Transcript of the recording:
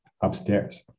upstairs